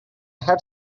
had